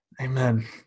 Amen